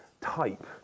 type